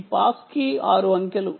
ఈ pass key 6 అంకెలు